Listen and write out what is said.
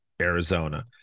Arizona